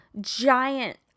giant